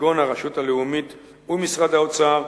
כגון הרשות הלאומית ומשרד האוצר,